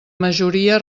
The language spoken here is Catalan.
majoria